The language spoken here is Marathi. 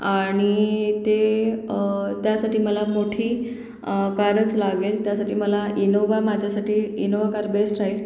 आणि ते त्यासाठी मला मोठी कारच लागेल त्यासाठी मला इनोवा माझ्यासाठी इनोवा कार बेस्ट राहील